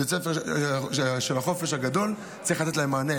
בית הספר של החופש הגדול, צריך לתת להם מענה.